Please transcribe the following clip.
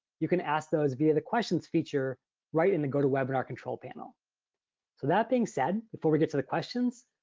you can ask those via the questions feature right in the gotowebinar control panel. so that being said, before we get to the questions,